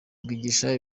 ryigisha